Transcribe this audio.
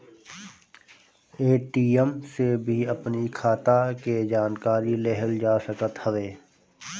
ATM से भी अपनी खाता के जानकारी लेहल जा सकत हवे